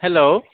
hello